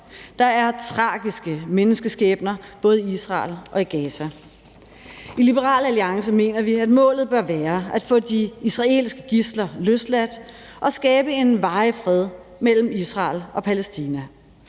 Der er tragiske menneskeskæbner både i Israel og i Gaza. I Liberal Alliance mener vi, at målet bør være at få de israelske gidsler løsladt og skabe en varig fred mellem Israel og Palæstina.